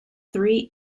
three